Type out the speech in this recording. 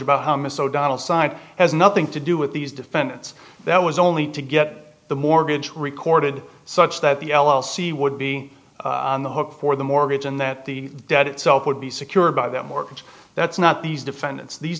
about how miss o'donnell side has nothing to do with these defendants that was only to get the mortgage recorded such that the l l c would be on the hook for the mortgage and that the dead itself would be secured by the mortgage that's not these defendants these